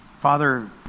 Father